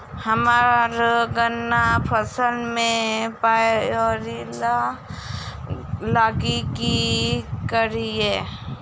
हम्मर गन्ना फसल मे पायरिल्ला लागि की करियै?